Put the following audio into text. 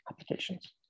applications